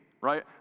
right